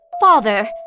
Father